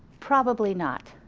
probably not,